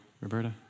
Roberta